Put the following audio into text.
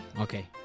okay